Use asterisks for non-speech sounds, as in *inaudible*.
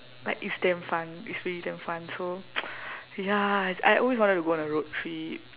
like it's damn fun it's really damn fun so *noise* ya I always wanted to go on a road trip